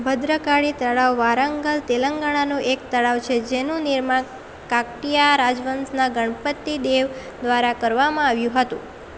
ભદ્રકાળી તળાવ વારંગલ તેલંગાણાનું એક તળાવ છે જેનું નિર્માણ કાકટીયા રાજવંશના ગણપતિ દેવ દ્વારા કરવામાં આવ્યું હતું